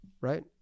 right